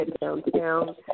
downtown